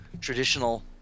traditional